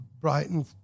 Brighton